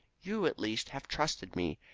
you, at least, have trusted me,